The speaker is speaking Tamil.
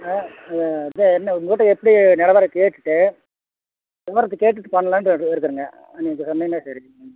ஆ ஆ அதுதான் என்ன உங்கள்ட்ட எப்படி நிலவரம் கேட்டுகிட்டு விவரத்தை கேட்டுகிட்டு பண்ணலான்னு இருக்க இருக்கறங்க நீங்கள் சொன்னீங்கன்னால் சரிங்க